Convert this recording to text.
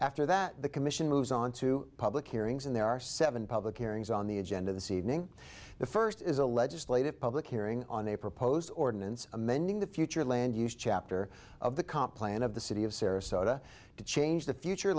after that the commission moves on to public hearings and there are seven public hearings on the agenda this evening the first is a legislative public hearing on a proposed ordinance amending the future land use chapter of the comp plan of the city of sarasota to change the future